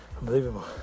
Unbelievable